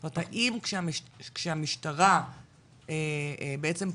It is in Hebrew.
זאת אומרת, האם כשהמשטרה בעצם פועלת,